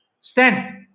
stand